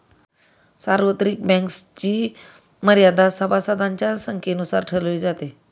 सार्वत्रिक बँक्सची मर्यादा सभासदांच्या संख्येनुसार ठरवली जाते